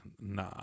nah